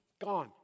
gone